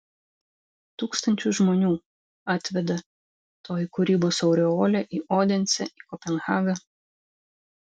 tūkstančius žmonių atveda toji kūrybos aureolė į odensę į kopenhagą